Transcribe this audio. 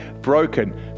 broken